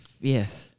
Yes